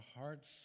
hearts